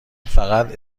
فقط